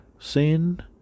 sin